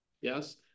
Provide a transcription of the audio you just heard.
yes